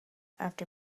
after